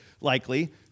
likely